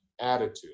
attitude